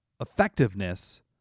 effectiveness